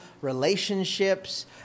relationships